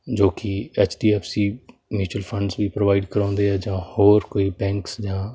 ਜੋ ਕਿ H D F C mutual funds ਵੀ ਪ੍ਰੋਵਾਈਡ ਕਰਾਉਂਦੇ ਆ ਜਾਂ ਹੋਰ ਕੋਈ ਬੈਂਕਸ ਜਾਂ